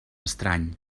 estrany